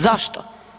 Zašto?